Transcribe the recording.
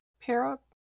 pair-up